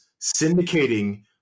syndicating